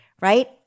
Right